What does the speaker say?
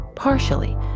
Partially